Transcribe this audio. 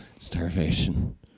Starvation